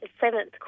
seventh